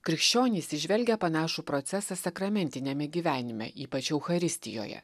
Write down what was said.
krikščionys įžvelgia panašų procesą sakramentiniame gyvenime ypač eucharistijoje